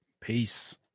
peace